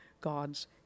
God's